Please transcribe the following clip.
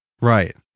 Right